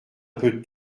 peu